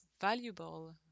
valuable